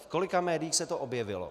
V kolika médiích se to objevilo?